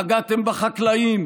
פגעתם בחקלאים,